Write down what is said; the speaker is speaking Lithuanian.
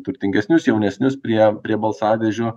turtingesnius jaunesnius prie prie balsadėžių